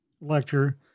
lecture